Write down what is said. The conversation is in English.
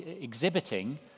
exhibiting